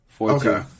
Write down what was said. Okay